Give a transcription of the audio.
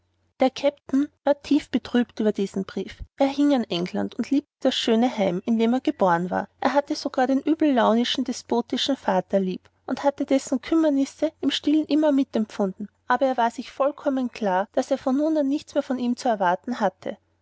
der kapitän war tief betrübt über diesen brief er hing an england und er liebte das schöne heim in dem er geboren war er hatte sogar den übellaunischen despotischen vater lieb und hatte dessen kümmernisse im stillen immer mitempfunden aber er war sich vollkommen klar daß er von nun an nichts mehr von ihm zu erwarten hatte